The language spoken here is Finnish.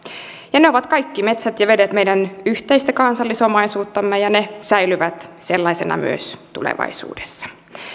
kaikki metsät ja vedet ovat meidän yhteistä kansallisomaisuuttamme ja ne säilyvät sellaisena myös tulevaisuudessa kun